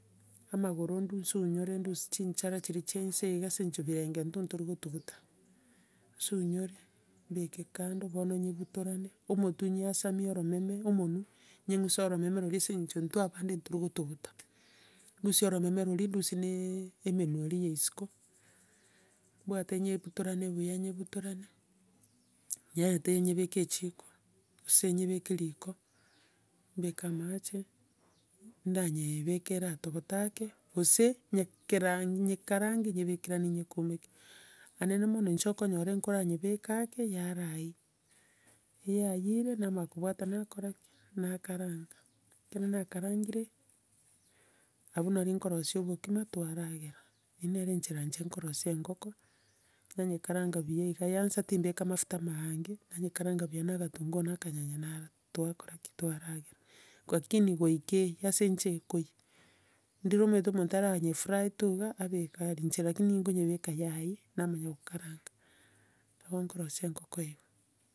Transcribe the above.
amagoro ndu sunyore ndusie chinchara chiria chia inse iga ase eng'encho birenge intwe ntoria gotuguta, sunyore, mbeke kando, bono ninyebutorane, omotwe nyeasamie oromeme, omonwe, nyeng'use oromeme roria ase eng'encho intwe abande ntoria gotuguta. Ndusia oromeme roria, ndusie na emenwe eria ya isiko, nimbwate nyebutorane buya nyebutorane, nyerente nyebeke echiko, gose nyebeke riko, mbeke amache, ndanye ebeka era togota ake, gose nyekera- nyekarange nyebekeranie nyekumeke. Naende na mono inche okonyora enkora nyebeka ake yaraiyia, eyiyaiyire, namanya kobwata nakora ki? Nakaranga, ekero nakarangire, abwao nario nkorosia obokima, twaragera. Ere nere enchera inche nkorosia engoko, nanyekaranga buya iga yaansa, timbeka mafuta maange, nanyekaranga buya na agatunguo na akanyanya naga twakora ki? Twaragera. Lakini goika eyie, ase inche ekoiyia, ndire omanyete omonto aranyefry tu iga abeke arie, inche lakini nkonyebeka yaiyia namanya kokaranga nabo nkorosia engoko igo.